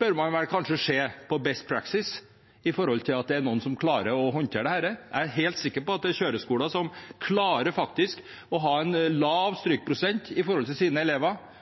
bør man kanskje se på «best practice» i forhold til at det er noen som klarer å håndtere dette. Jeg er helt sikker på at det er kjøreskoler som klarer å ha en lav strykprosent blant sine elever.